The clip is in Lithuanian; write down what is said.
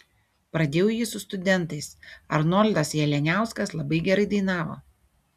pradėjau jį su studentais arnoldas jalianiauskas labai gerai dainavo